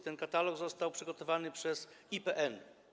Ten katalog został przygotowany przez IPN.